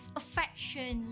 affection